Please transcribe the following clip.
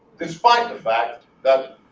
despite the fact that